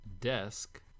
desk